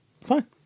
fine